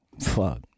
fuck